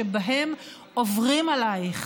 שבהם עוברים עלייך